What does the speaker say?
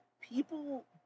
people